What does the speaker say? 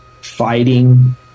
fighting